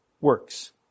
works